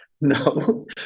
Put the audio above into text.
no